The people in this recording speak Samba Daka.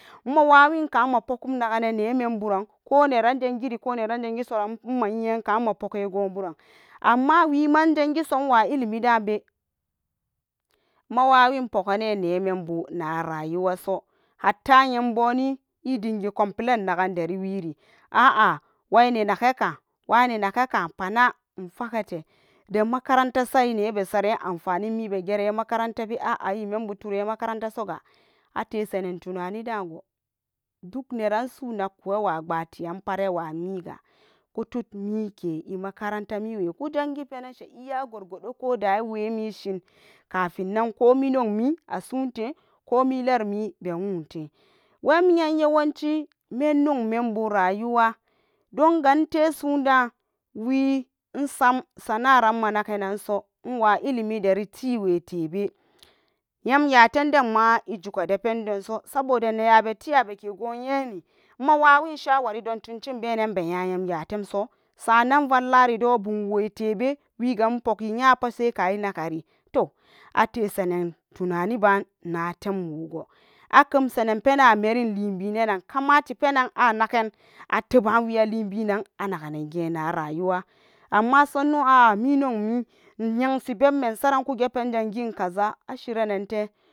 Mawawinka mapogom nagane nememburan ko neran jangiri ko neran jangisoran mayiyan kama pogani goburara, amma wima ijangiso iwa illimi da be mawawin pogene na membu na rayuwaso hatta nyamboni idingi complain nagen dariwiri, a'a waine nagaka wane nageka pana infagete demakaranta seri nebesaren anfanin mibe geren imakara ntabe a'a membuturen imakarantasoga atesanen tunani dago, dukneran su nakku awa gbateran pat iwa miga kutud meke imakaranta miwe kiujangi penenshe iya gorgodo koda iwemishin, kafinnan ko minyaumi asute ko milerummi bewote wemiyan yawanci men nyawmenbu rayuwa donga ite sudawisam sana'aran manakenanso iwa ilimi de tiwe tebi yem yatemdenma ijukada poendonso, saboda neybae tiyabeke goyenu mawawin shawari don tuncin benen beya yem yatemso sa'an nan vallerewedon ibumwe tebe wiga inpogi yapat saika inakari toh atesan'an tunanuba natemwogo akemsanen oenan amerin libinan kamati penan anaken atebawi alibinan nageninge narayuwa, ammasonno a'a minyaumi inyansi bebme insaran kuge penjan gin kaza ashirenente.